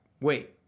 wait